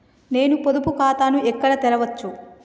నేను పొదుపు ఖాతాను ఎక్కడ తెరవచ్చు?